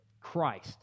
Christ